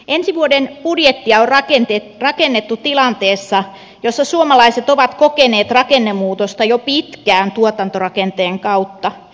ensi vuoden budjettia on rakennettu tilanteessa jossa suomalaiset ovat kokeneet rakennemuutosta jo pitkään tuotantorakenteen kautta